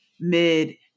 mid